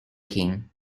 king